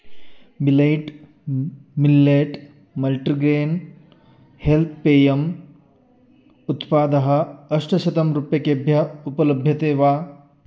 millet millet multigrain health पेयम् उत्पादः अष्टशतं रूप्यकेभ्यः उपलभ्यते वा